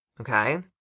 okay